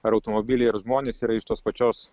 ar automobilai ar žmonės yra iš tos pačios